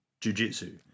jujitsu